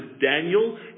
Daniel